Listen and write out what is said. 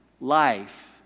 life